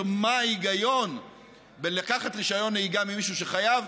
מה ההיגיון בלקחת רישיון נהיגה ממישהו שחייב,